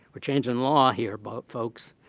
we're changing law here, but folks.